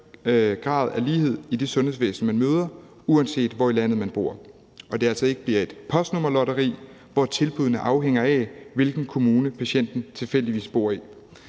grad af lighed i det sundhedsvæsen, man møder, uanset hvor i landet man bor, så det altså ikke bliver et postnummerlotteri, hvor tilbuddene afhænger af, hvilken kommune patienten tilfældigvis bor i.